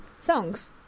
songs